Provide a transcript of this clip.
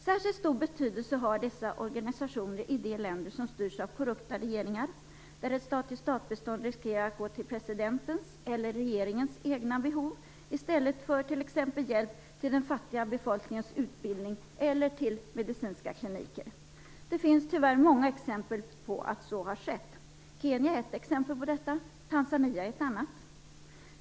Särskilt stor betydelse har dessa organisationer i de länder som styrs av korrupta regeringar, där ett stat-till-stat-bistånd riskerar att gå till presidentens eller regeringens egna behov, i stället för till t.ex. hjälp till den fattiga befolkningens utbildning eller till medicinska kliniker. Det finns tyvärr många exempel på att så har skett. Kenya är ett exempel på detta. Tanzania är ett annat.